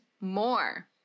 more